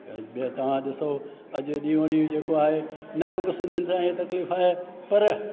भई तव्हां ॾिसो अॼु ॾींहों ॾींहुं जेको आहे न रुॻो सिंधियुनि सां हीअ तकलीफ़ आहे पर